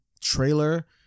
trailer